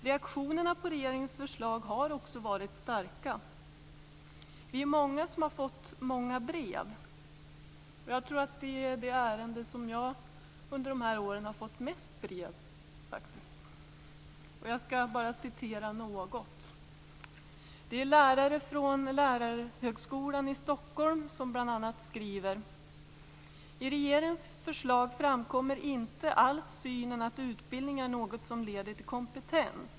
Reaktionerna på regeringens förslag har också varit starka. Många av oss har fått många brev. Det är nog det ärende som jag under mina år har fått mest brev om. Jag skall referera ett. Lärare från Lärarhögskolan i Stockholm skriver bl.a. följande: I regeringens förslag framkommer inte alls synen att utbildning är något som leder till kompetens.